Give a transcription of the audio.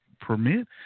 permit